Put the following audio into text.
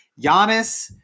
Giannis